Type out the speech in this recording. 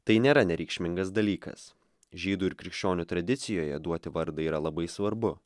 tai nėra nereikšmingas dalykas žydų ir krikščionių tradicijoje duoti vardą yra labai svarbu